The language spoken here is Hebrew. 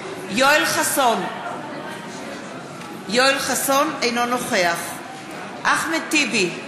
יואל חסון אינו נוכח אחמד טיבי,